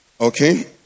Okay